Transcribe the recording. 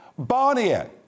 Barnier